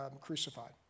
crucified